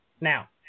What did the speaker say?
Now